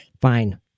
Fine